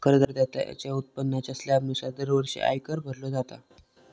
करदात्याच्या उत्पन्नाच्या स्लॅबनुसार दरवर्षी आयकर भरलो जाता